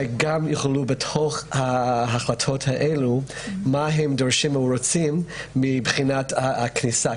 שיכללו בהחלטות האלה מה הם דורשים או רוצים מבחינת הכניסה.